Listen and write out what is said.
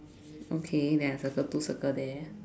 okay then I circle two circle there